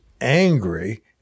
angry